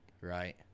right